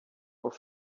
were